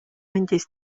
andis